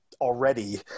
already